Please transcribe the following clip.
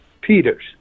Peters